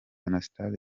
anastase